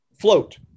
float